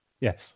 Yes